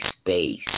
space